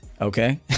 Okay